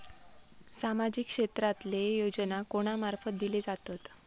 सामाजिक क्षेत्रांतले योजना कोणा मार्फत दिले जातत?